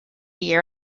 year